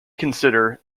consider